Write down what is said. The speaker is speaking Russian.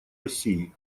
россии